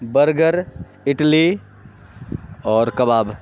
burger اٹلی اور کباب